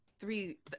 three